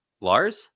Lars